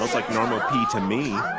like normal pee to me